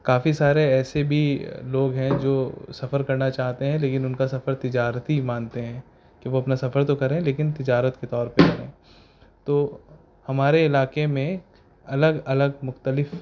کافی سارے ایسے بھی لوگ ہیں جو سفر کرنا چاہتے ہیں لیکن ان کا سفر تجارتی ہی مانتے ہیں کہ وہ اپنا سفر تو کریں لیکن تجارت کے طور پر کریں تو ہمارے علاقے میں الگ الگ مختلف